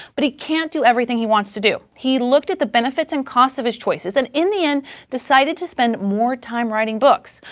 but he can't do everything he wants to do. he looked at the benefits and costs of his choices, and in the end decided to spend more time writing books,